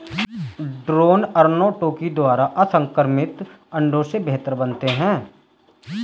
drone अर्नोटोकी द्वारा असंक्रमित अंडों से बढ़ते हैं